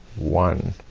one,